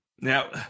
Now